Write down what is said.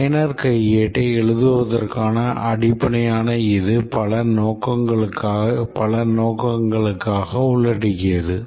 பயனர் கையேட்டை எழுதுவதற்கான அடிப்படையான இது பல நோக்கங்களுக்காக உள்ளடக்கியது